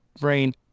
brain